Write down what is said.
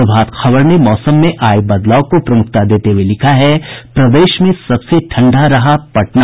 प्रभात खबर ने मौसम में आये बदलाव को प्रमुखता देते हुए लिखा है प्रदेश में सबसे ठंडा रहा पटना